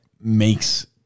makes